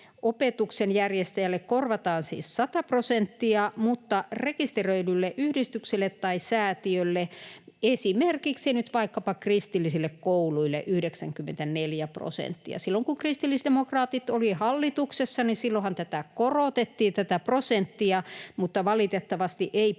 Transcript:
opetuksen järjestäjälle korvataan siis 100 prosenttia mutta rekisteröidylle yhdistykselle tai säätiölle, esimerkiksi nyt vaikkapa kristillisille kouluille, 94 prosenttia. Silloinhan, kun kristillisdemokraatit olivat hallituksessa, tätä prosenttia korotettiin, mutta valitettavasti ei päästy